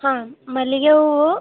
ಹಾಂ ಮಲ್ಲಿಗೆ ಹೂವು